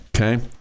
Okay